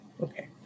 okay